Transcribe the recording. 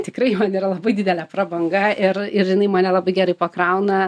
tikrai man yra labai didelė prabanga ir ir jinai mane labai gerai pakrauna